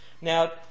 Now